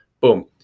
boom